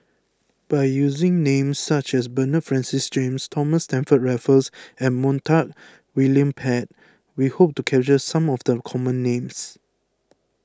by using names such as Bernard Francis James Thomas Stamford Raffles and Montague William Pett we hope to capture some of the common names